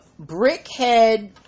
brickhead